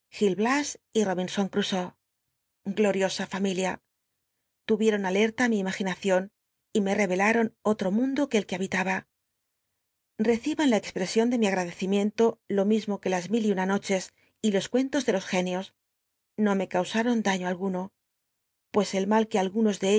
il bias y robinson crusoé gloriosa fam ilia l urie on alerta mi imaginacion y me rel'clajo n oll'o mundo c ne el c ue habitaba reciban la exprcsion de mi agradecimiento lo m i mo que las illil y una noches y los cuentos de los genios no me causaron daiío alguno pues el mal que algunos de